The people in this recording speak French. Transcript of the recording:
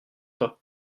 pas